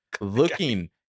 looking